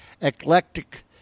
eclectic